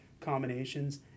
combinations